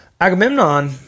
Agamemnon